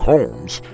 Holmes